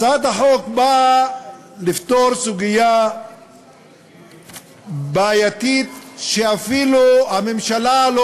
הצעת החוק באה לפתור סוגיה בעייתית שאפילו הממשלה לא